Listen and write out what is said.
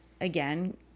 again